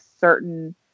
certain